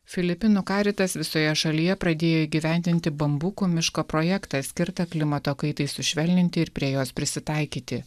filipinų karitas visoje šalyje pradėjo įgyvendinti bambukų miško projektą skirtą klimato kaitai sušvelninti ir prie jos prisitaikyti